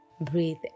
Breathe